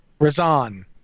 Razan